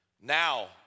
now